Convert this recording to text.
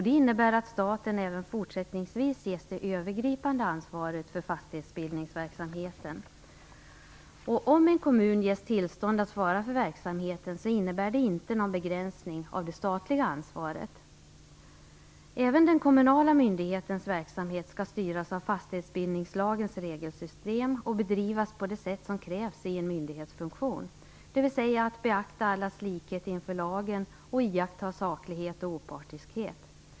Det innebär att staten även fortsättningsvis ges det övergripande ansvaret för fastighetsbildningsverksamheten. Om en kommun ges tillstånd att svara för verksamheten innebär det inte någon begränsning av det statliga ansvaret. Även den kommunala myndighetens verksamhet skall styras av fastighetsbildningslagens regelsystem och bedrivas på det sätt som krävs i en myndighetsfunktion. Det betyder att man skall beakta allas likhet inför lagen och iaktta saklighet och opartiskhet.